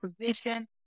position